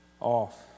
off